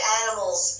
animals